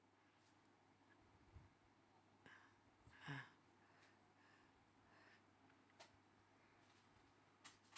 ah